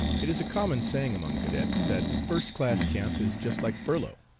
it is a common saying among cadets that first-class camp is just like furlough.